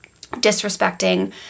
disrespecting